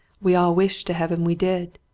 we all wish to heaven we did!